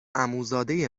عموزاده